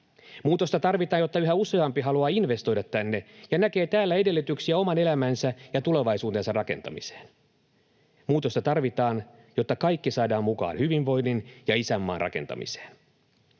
Muutosta tarvitaan, jotta yhä useampi haluaa investoida tänne ja näkee täällä edellytyksiä oman elämänsä ja tulevaisuutensa rakentamiseen. Muutosta tarvitaan, jotta kaikki saadaan mukaan hyvinvoinnin ja isänmaan rakentamiseen.